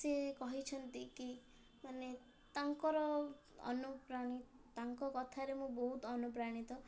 ସିଏ କହିଛନ୍ତି କି ମାନେ ତାଙ୍କର ଅନୁପ୍ରାଣୀ ତାଙ୍କ କଥାରେ ମୁଁ ବହୁତ ଅନୁପ୍ରାଣିତ